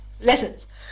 lessons